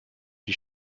die